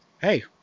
Hey